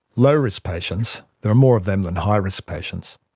low-risk patients, there are more of them than high-risk patients,